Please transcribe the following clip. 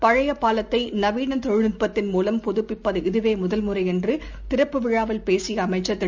பழையபாலத்தைநவீனதொழில்நுட்ப்த்தின் மூலம் புதுப்பிப்பது இதுவேமுதல் முறைஎன்றுகிறப்பு விழாவில் பேசியஅமைச்சர் திரு